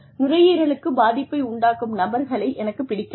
நுரையீரலுக்குப் பாதிப்பை உண்டாக்கும் நபர்களை எனக்குப் பிடிக்காது